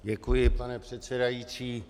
Děkuji, pane předsedající.